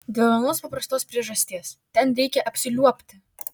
dėl vienos paprastos priežasties ten reikia apsiliuobti